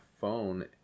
phone